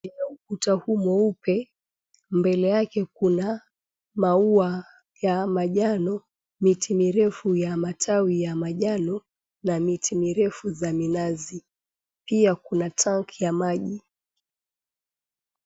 Ukuta huu mweupe, mbele yake kuna maua ya manjano, miti mirefu ya majani na miti mirefu za minazi. Pia kuna tangi ya maji.